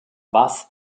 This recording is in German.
bass